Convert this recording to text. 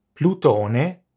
Plutone